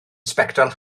sbectol